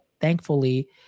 thankfully